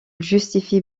justifiait